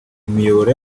imiyoboro